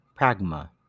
pragma